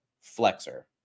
flexor